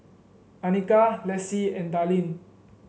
Annika Lessie and Darlyne